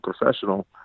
professional